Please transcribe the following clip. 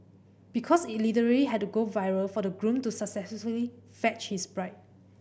because it literally had to go viral for the groom to successfully fetch his bride